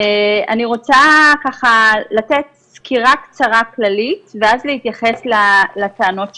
אני רוצה לתת סקירה קצרה כללית ואז להתייחס לטענות שעלו.